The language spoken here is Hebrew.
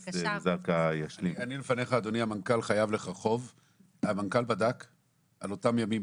השאלה היא כמה אנשים הלכו בדרך עד המילה